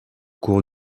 cours